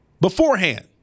beforehand